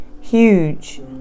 huge